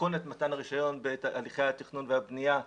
מתכונת מתן הרישיון בעת הליכי התכנון והבנייה,